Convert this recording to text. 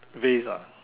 vase ah